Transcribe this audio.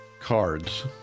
cards